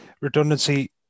redundancy